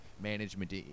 management